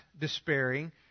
despairing